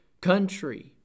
country